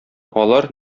алар